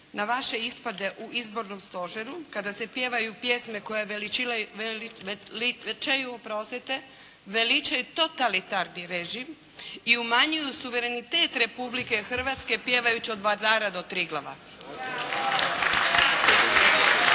na vaše ispade u izbornom stožeru kada se pjevaju pjesme koje veličaju, oprostite, veličaju totalitarni režim i umanjuju suverenitet Republike Hrvatske pjevajući od Vardara do Triglava.